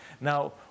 Now